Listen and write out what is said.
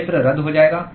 क्षेत्र रद्द हो जाएगा